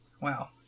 wow